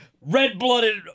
red-blooded